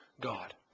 God